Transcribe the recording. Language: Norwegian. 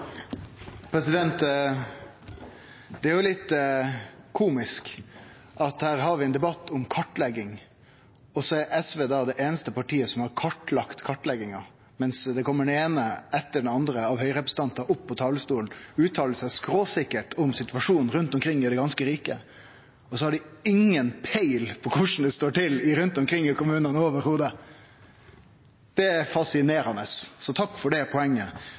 Det er jo litt komisk at her har vi ein debatt om kartlegging, og så er SV det einaste partiet som har kartlagt kartlegginga, mens den eine etter den andre Høgre-representanten kjem opp på talarstolen og uttalar seg skråsikkert om situasjonen rundt omkring i det ganske riket – og så har dei inga peiling i det heile om korleis det står til rundt omkring i kommunane. Det er fascinerande. Takk for det poenget,